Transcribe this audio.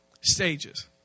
stages